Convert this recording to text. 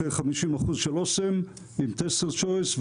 אחרי 50% של אסם עם טסטרס צ'ויס,